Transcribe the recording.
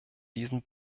diesen